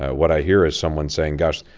ah what i hear is someone saying, gosh,